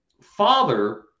father